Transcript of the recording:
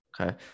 Okay